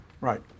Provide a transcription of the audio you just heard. Right